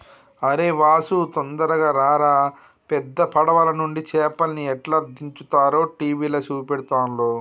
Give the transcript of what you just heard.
అరేయ్ వాసు తొందరగా రారా పెద్ద పడవలనుండి చేపల్ని ఎట్లా దించుతారో టీవీల చూపెడుతుల్ను